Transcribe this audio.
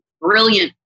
brilliant